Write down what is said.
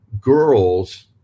girls